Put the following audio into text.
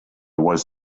was